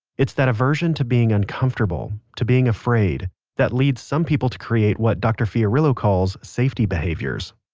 it's that aversion to being uncomfortable to being afraid that leads some people to create what dr. fiorillo calls safety behaviors.